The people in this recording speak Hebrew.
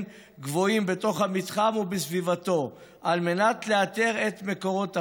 גבוהים בתוך המתחם ובסביבתו על מנת לאתר את מקורות הפליטה,